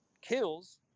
kills